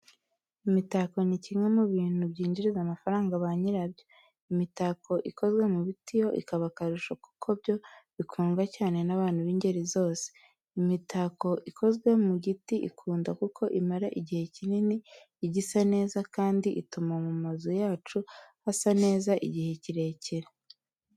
Imitako ni kimwe mu bintu byinjiriza amafaranga ba nyirabyo, imitako ikoze mu giti yo ikaba akarusho kuko byo bikundwa cyane n'abantu b'ingeri zose. Imitako ikozwe mu giti ikunda kuko imara igihe kinini igisa neza, kandi ituma mu mazu yacu hasa neza igihe kirekire.